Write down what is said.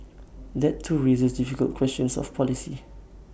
that too raises difficult questions of policy